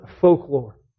folklore